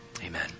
Amen